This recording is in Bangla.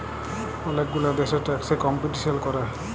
ওলেক গুলা দ্যাশে ট্যাক্স এ কম্পিটিশাল ক্যরে